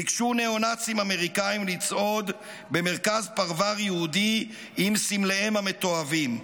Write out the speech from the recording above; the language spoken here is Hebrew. ביקשו ניאו-נאצים אמריקאים לצעוד במרכז פרבר יהודי עם סמליהם המתועבים.